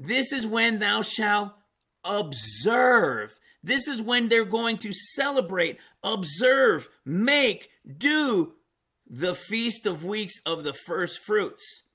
this is when thou shall observe this is when they're going to celebrate observe make do the feast of weeks of the first fruits